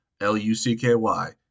L-U-C-K-Y